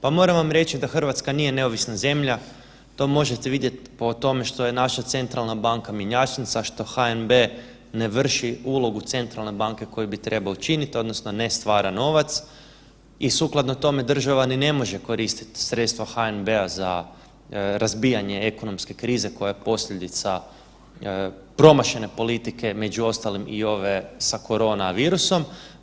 Pa moram vam reći da Hrvatska nije neovisna zemlja, to možete vidjet po tome što je naša centralna banka mjenjačnica, što HNB ne vrši ulogu centralne banke koju bi trebao učiniti odnosno ne stvara novac i sukladno tome država ni ne može koristiti sredstva HNB-a za razbijanje ekonomske krize koja je posljedica promašene politike među ostalim i ove sa korona virusom.